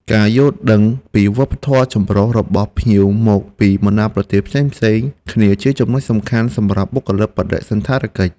ការយល់ដឹងពីវប្បធម៌ចម្រុះរបស់ភ្ញៀវមកពីបណ្តាប្រទេសផ្សេងៗគ្នាជាចំណុចសំខាន់សម្រាប់បុគ្គលិកបដិសណ្ឋារកិច្ច។